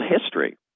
history